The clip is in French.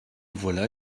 voilà